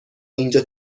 اینجا